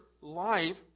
life